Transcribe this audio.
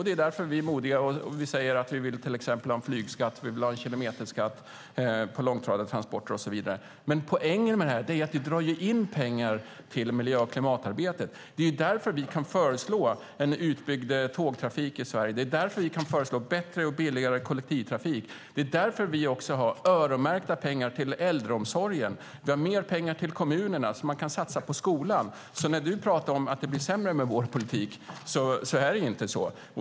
Det är därför vi är modiga och säger att vi till exempel vill ha en flygskatt, att vi vill ha en kilometerskatt på långtradartransporter och så vidare. Poängen med det här är ju att det drar in pengar till miljö och klimatarbetet. Det är ju därför vi kan föreslå en utbyggd tågtrafik i Sverige. Det är därför vi kan föreslå bättre och billigare kollektivtrafik. Det är därför vi också har öronmärkta pengar till äldreomsorgen. Vi har mer pengar till kommunerna så att de kan satsa på skolan. Finansministern pratar om att det blir sämre med vår politik, men det är inte så.